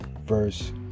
verse